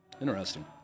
Interesting